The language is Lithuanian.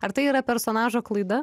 ar tai yra personažo klaida